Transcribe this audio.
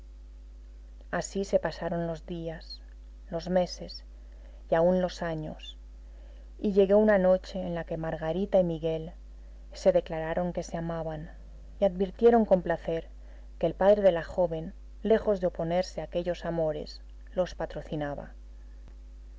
así se pasaron los días los meses y aún los años y llegó una noche en la que margarita y miguel se declararon que se amaban y advirtieron con placer que el padre de la joven lejos de oponerse a aquellos amores los patrocinaba